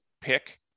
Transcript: pick